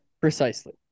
precisely